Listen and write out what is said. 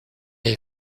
est